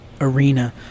arena